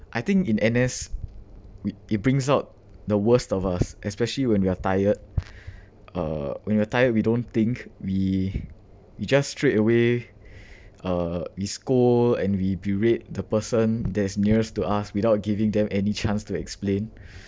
I think in N_S it it brings out the worst of us especially when we are tired uh when we are tired we don't think we we just straightaway uh we scold and we berate the person that is nearest to us without giving them any chance to explain